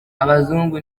abazungu